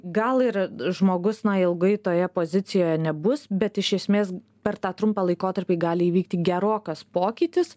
gal ir žmogus na ilgai toje pozicijoje nebus bet iš esmės per tą trumpą laikotarpį gali įvykti gerokas pokytis